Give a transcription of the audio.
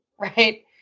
right